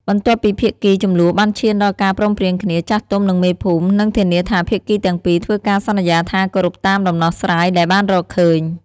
បន្ទាប់ពីភាគីជម្លោះបានឈានដល់ការព្រមព្រៀងគ្នា ចាស់ទុំ និងមេភូមិ នឹងធានាថាភាគីទាំងពីរធ្វើការសន្យាថាគោរពតាមដំណោះស្រាយដែលបានរកឃើញ។